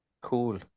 Cool